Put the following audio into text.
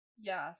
Yes